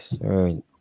right